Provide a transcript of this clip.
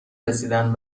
رسیدن